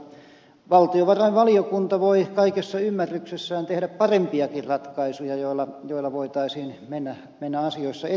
mutta valtiovarainvaliokunta voi kaikessa ymmärryksessään tehdä parempiakin ratkaisuja joilla voitaisiin mennä asioissa eteenpäin